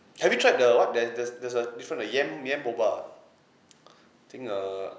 have you tried the what there there's there's a different uh yam yam boba think err